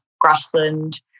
grassland